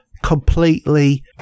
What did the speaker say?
completely